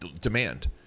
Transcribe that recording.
demand